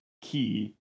Key